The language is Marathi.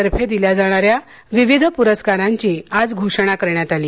तर्फे दिल्या जाणाऱ्या विविध पुरस्कारांची आज घोषणा आज करण्यात आली